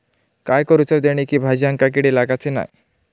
काय करूचा जेणेकी भाजायेंका किडे लागाचे नाय?